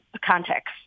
context